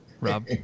Rob